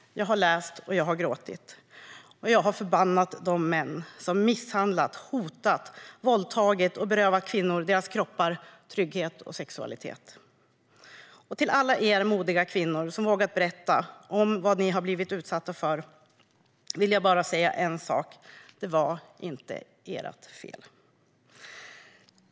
Jag har läst och jag har gråtit. Jag har förbannat de män som har misshandlat, hotat, våldtagit och berövat kvinnor deras kroppar, trygghet och sexualitet. Till alla er modiga kvinnor som har vågat berätta om vad ni har blivit utsatta för vill jag bara säga en sak: Det var inte ert fel.